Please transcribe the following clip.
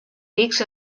pics